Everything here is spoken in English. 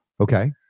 Okay